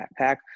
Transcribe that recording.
backpack